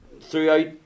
throughout